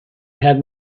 had